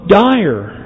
dire